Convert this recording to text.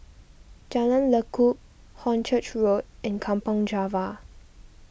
Jalan Lekub Hornchurch Road and Kampong Java